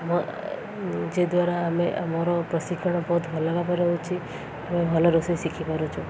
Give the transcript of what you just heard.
ଯଦ୍ୱାରା ଆମେ ଆମର ପ୍ରଶିକ୍ଷଣ ବହୁତ ଭଲ ଭାବରେ ରହୁଛି ଆମେ ଭଲ ରୋଷେଇ ଶିଖିପାରୁଛୁ